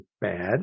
bad